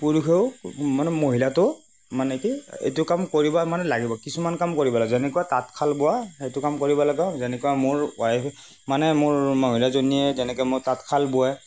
পুৰুষেও মানে মহিলাটো মানে কি এইটো কাম কৰিব মানে লাগিব কিছুমান কাম কৰিব লাগে যেনেকুৱা তাঁতশাল বোৱা সেইটো কাম কৰিব লাগে যেনেকুৱা মোৰ ৱাইফ মানে মোৰ মহিলাজনীয়ে যেনেকে মই তাঁতশাল বোৱে